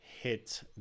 hit